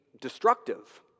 destructive